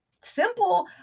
Simple